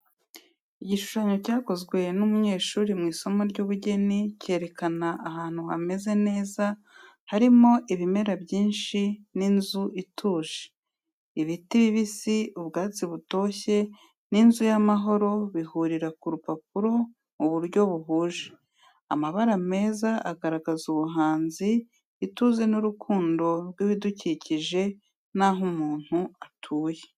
Igishushanyo cyakozwe n’umunyeshuri mu isomo ry’ubugeni cyerekana ahantu hameze neza, harimo ibimera byinshi n’inzu ituje. Ibiti bibisi, ubwatsi butoshye, n’inzu y’amahoro bihurira ku rupapuro mu buryo buhuje. Amabara meza agaragaza ubuhanzi, ituze, n’urukundo rw’ibidukikije naho umuntu atuye.